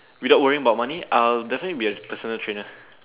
without worrying about money I'll definitely be a personal trainers